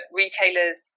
retailers